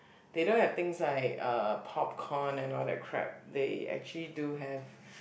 they don't have things like uh popcorn and all that crap they actually do have